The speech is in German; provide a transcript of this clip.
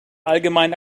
allgemein